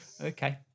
Okay